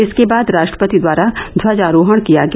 इसके बाद राष्ट्रपति द्वारा ध्वजारोहण किया गया